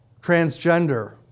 Transgender